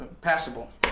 Passable